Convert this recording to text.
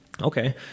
okay